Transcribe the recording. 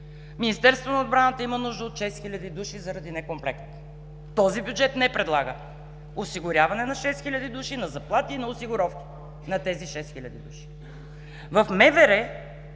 Министерството на отбраната има нужда от 6000 души заради некомплект. Този бюджет не предлага осигуряване на 6000 души, на заплати и осигуровки на тези 6000 души. В